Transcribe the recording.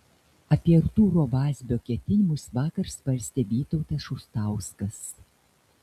apie artūro vazbio ketinimus vakar svarstė vytautas šustauskas